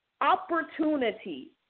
opportunity